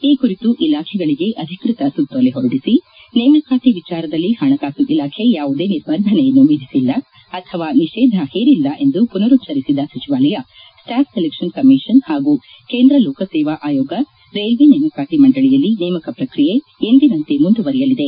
ಈ ಕುರಿತು ಇಲಾಖೆಗಳಿಗೆ ಅಧಿಕ್ಷತ ಸುತ್ತೋಲೆ ಹೊರಡಿಸಿ ನೇಮಕಾತಿ ವಿಚಾರದಲ್ಲಿ ಹಣಕಾಸು ಇಲಾಖೆ ಯಾವುದೇ ನಿರ್ಬಂಧನೆಯನ್ನು ವಿಧಿಸಿಲ್ಲ ಅಥವಾ ನಿಷೇಧ ಹೇರಿಲ್ಲ ಎಂದು ಪುನರುಚ್ಚರಿಸಿದ ಸಚಿವಾಲಯ ಸ್ವಾಫ್ ಸೆಲೆಕ್ಷನ್ ಕಮೀಷನ್ ಹಾಗೂ ಕೇಂದ್ರ ಲೋಕಸೇವಾ ಆಯೋಗ ರೈಲ್ವೆ ನೇಮಕಾತಿ ಮಂಡಳಿಯಲ್ಲಿ ನೇಮಕ ಪ್ರಕ್ರಿಯೆ ಎಂದಿನಂತೆ ಮುಂದುವರೆಯಲಿದೆ